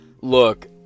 Look